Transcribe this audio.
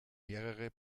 mehrere